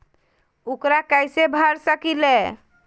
ऊकरा कैसे भर सकीले?